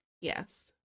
Yes